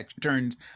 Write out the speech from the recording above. turns